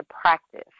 practice